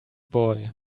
boy